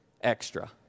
extra